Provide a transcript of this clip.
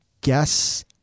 guess